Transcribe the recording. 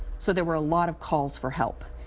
so there were a lot of calls for help.